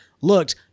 looked